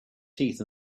teeth